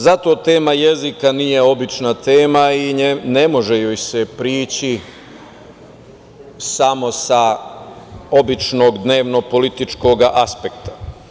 Zato tema jezika nije obična tema i ne može joj se prići samo sa običnog dnevno-političkog aspekta.